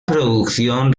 producción